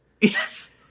Yes